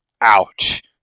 Ouch